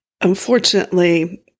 unfortunately